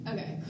Okay